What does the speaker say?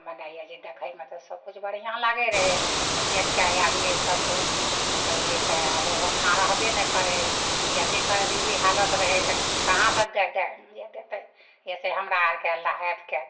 मने यऽ जे देखैमे तऽ सबकिछु बढ़िआँ लागै रहै आओर देखिके आबिए सबकिछु तऽ कहिए तऽ ओ ओतना रहबे नहि करै यऽ जे गरीबी हालत रहै तऽ कहाँसे दै दै आबिए देखैलए हमरा आओरके लाबिके